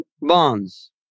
bonds